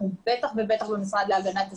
בטח במשרד להגנת ישראל,